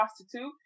prostitute